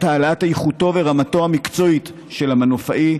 העלאת איכותו ורמתו המקצועית של המנופאי,